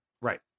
Right